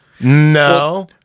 No